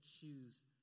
choose